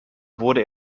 wurde